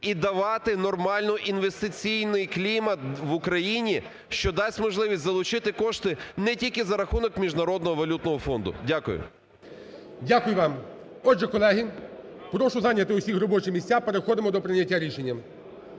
і давати нормальний інвестиційний клімат в Україні, що дасть можливість залучити кошти не тільки за рахунок Міжнародного валютного фонду. Дякую. ГОЛОВУЮЧИЙ. Дякую вам. Отже, колеги, прошу зайняти всіх робочі місця. Переходимо до прийняття рішення.